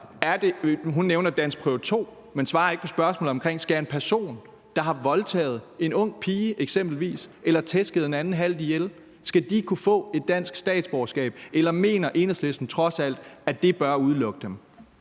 Hun nævner prøve i dansk 2, men svarer ikke på spørgsmålet om, om en person, der har voldtaget en ung pige eksempelvis eller tæsket en anden halvt ihjel, kunne få et dansk statsborgerskab, eller mener Enhedslisten trods alt, at det bør udelukke den